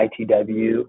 ITW